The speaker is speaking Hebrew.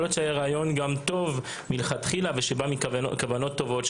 להיות שהוא רעיון גם טוב מלכתחילה ושבא מכוונות טובות,